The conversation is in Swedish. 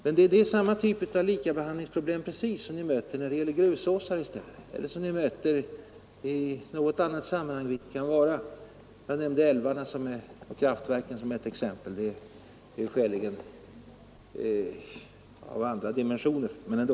Det är precis samma typ av likabehandlingsproblem som vi möter när det gäller grusåsar, eller som vi möter i något annat sammanhang, vilket det än kan vara. Jag nämnde älvarna och kraftverken som ett exempel; det exemplet är visserligen av andra dimensioner, men ändå.